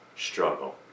struggle